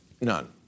none